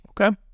Okay